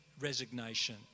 resignation